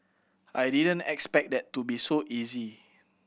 I didn't expect that to be so easy